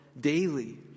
daily